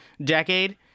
decade